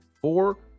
four